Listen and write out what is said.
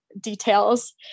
details